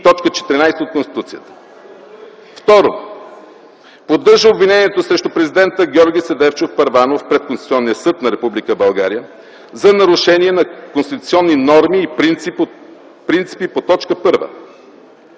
т. 14 от Конституцията. 2. Поддържа обвинението срещу президента Георги Седефчов Първанов пред Конституционния съд на Република България за нарушение на конституционни норми и принципи по т. 1.